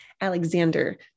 Alexander